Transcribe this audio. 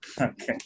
Okay